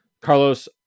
Carlos